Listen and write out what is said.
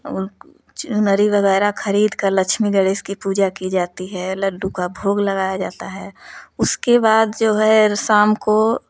और चुनरी वगैरह खरीद कर लक्ष्मी गणेश की पूजा की जाती है लड्डू का भोग लगाया जाता है उसके बाद जो है शाम को